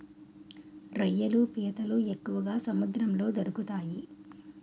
రొయ్యలు పీతలు ఎక్కువగా సముద్రంలో దొరుకుతాయి